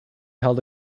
held